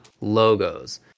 logos